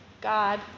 God